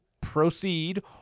proceed